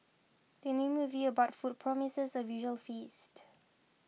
the new movie about food promises a visual feast